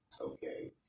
Okay